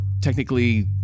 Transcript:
technically